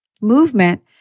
Movement